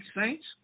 saints